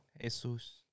Jesus